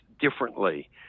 differently